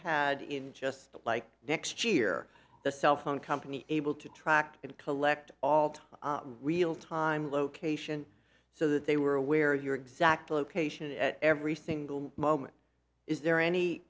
had in just like next year the cell phone company able to track and collect all to real time location so that they were aware of your exact location at every single moment is there any